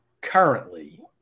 currently